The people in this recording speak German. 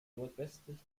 nordwestlich